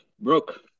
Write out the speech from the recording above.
broke